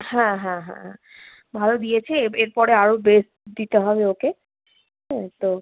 হ্যাঁ হ্যাঁ হ্যাঁ হ্যাঁ ভালো দিয়েছে এব এরপরে আরও বেস্ট হবে ওকে হ্যাঁ তো